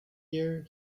year